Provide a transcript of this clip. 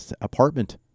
apartment